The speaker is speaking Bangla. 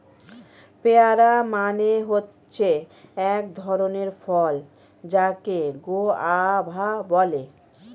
পেয়ার মানে হচ্ছে এক ধরণের ফল যাকে গোয়াভা বলে